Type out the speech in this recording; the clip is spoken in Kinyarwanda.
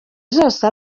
zose